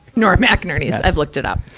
nora mcinerneys. i've looked it up.